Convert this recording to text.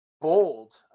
bold